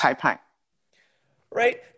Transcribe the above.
Right